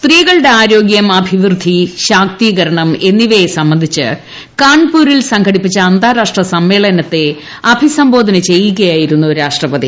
സ്ത്രീകളുടെ ആരോഗ്യം അഭിവൃദ്ധി ശാക്തീകരണം എന്നിവയെ സംബന്ധിച്ച് കാൺപൂരിൽ സംഘടിപ്പിച്ചു അന്താരാഷ്ട്ര സമ്മേളനത്തെ അഭിസംബോധന ചെയ്യുകയായിരുന്നു രാഷ്ട്രപതി